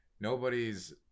nobody's